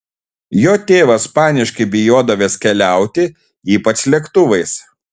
jo tėvas paniškai bijodavęs keliauti ypač lėktuvais